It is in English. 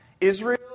Israel